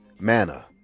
Manna